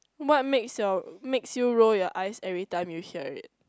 what makes your makes you roll your eyes every time you hear it